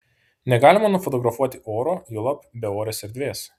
negalima nufotografuoti oro juolab beorės erdvės